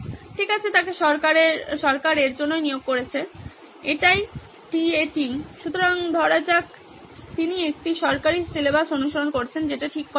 ঠিক আছে তাকে সরকার এর জন্যই নিয়োগ করেছে এটাই টি এ টি সুতরাং ধরা যাক তিনি একটি সরকারী সিলেবাস অনুসরণ করছেন যেটা ঠিক করা আছে